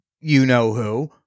you-know-who